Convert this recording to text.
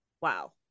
Wow